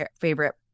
favorite